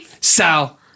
Sal